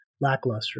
lackluster